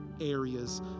areas